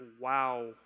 wow